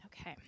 okay